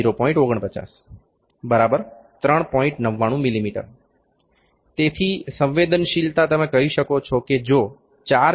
99 mm તેથી સંવેદનશીલતા તમે કહી શકો છો કે જો 4 મી